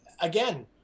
Again